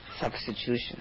substitution